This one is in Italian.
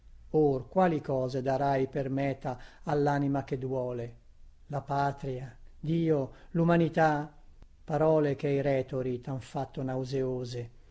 or quali cose darai per meta allanima che duole la patria dio lumanità parole che i retori than fatto nauseose